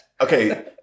Okay